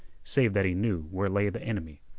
save that he knew where lay the enemy.